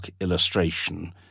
illustration